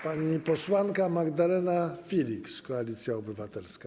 Pani posłanka Magdalena Filiks, Koalicja Obywatelska.